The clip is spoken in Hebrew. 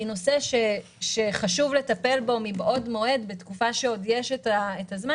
הוא נושא שחשוב לטפל בו מבעוד מועד בתקופה שעוד יש זמן,